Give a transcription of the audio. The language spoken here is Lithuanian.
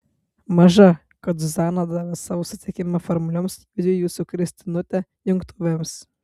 maža kad zuzana davė savo sutikimą formalioms judviejų su kristinute jungtuvėms